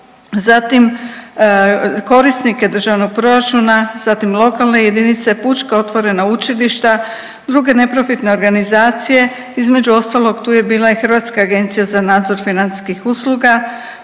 zatim korisnike Državnog proračuna, zatim lokalne jedinice, pučka otvorena učilišta, druge neprofitne organizacije. Između ostalog tu je bila i Hrvatska agencija za nadzor financijskih usluga,